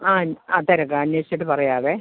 ആ ആ തിരക്കാം അന്വേഷിച്ചിട്ട് പറയാവേ